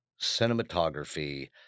cinematography